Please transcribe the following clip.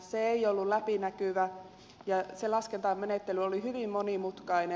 se ei ollut läpinäkyvä ja se laskentamenettely oli hyvin monimutkainen